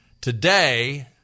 Today